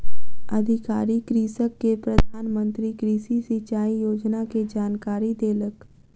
अधिकारी कृषक के प्रधान मंत्री कृषि सिचाई योजना के जानकारी देलक